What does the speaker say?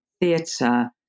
theatre